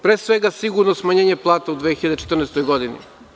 Pre svega, sigurno je smanjenje plata u 2014. godini.